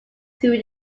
through